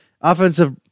offensive